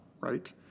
right